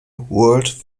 world